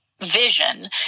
vision